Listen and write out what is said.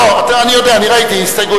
לא נתקבלה.